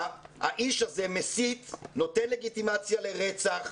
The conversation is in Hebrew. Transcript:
האיש הזה מסית, נותן לגיטימציה לרצח.